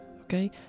okay